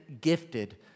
gifted